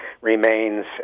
remains